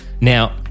Now